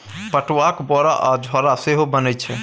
पटुआक बोरा आ झोरा सेहो बनैत छै